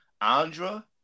Andra